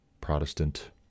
Protestant